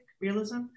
realism